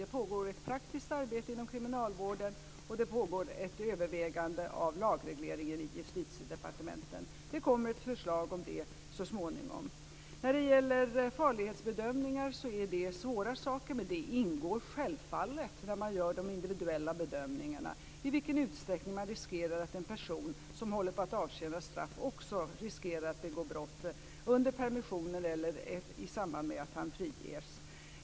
Det pågår ett praktiskt arbete inom kriminalvården, och det pågår ett övervägande av lagregleringen i Justitiedepartementet. Det kommer ett förslag om det så småningom. Farlighetsbedömningar är svåra saker. Men de ingår självfallet när man gör de individuella bedömningarna av i vilken utsträckning man riskerar att en person som håller på att avtjäna straff också riskerar att begå brott under permissionen eller i samband med att han friges.